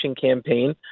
campaign